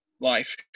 life